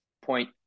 point